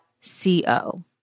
C-O